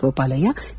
Gopalaiah K